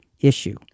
issue